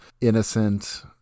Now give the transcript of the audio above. innocent